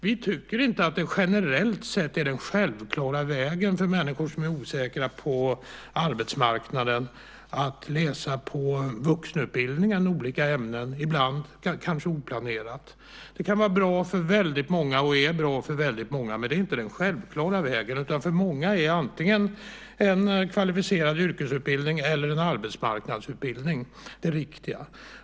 Vi tycker inte att det generellt sett är den självklara vägen för människor som är osäkra på arbetsmarknaden att läsa olika ämnen i vuxenutbildningen, ibland kanske oplanerat. Det kan vara bra för väldigt många och är bra för väldigt många, men det är inte den självklara vägen, utan för många är antingen en kvalificerad yrkesutbildning eller en arbetsmarknadsutbildning det riktiga.